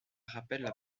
rappellent